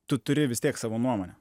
tu turi vis tiek savo nuomonę